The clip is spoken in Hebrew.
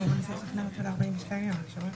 אני לא רואה כאן עוד דבר שעמדתי עליו